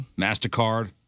mastercard